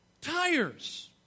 tires